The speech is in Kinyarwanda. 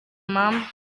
mama